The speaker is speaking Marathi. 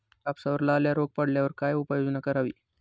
कापसावर लाल्या रोग पडल्यावर काय उपाययोजना करावी?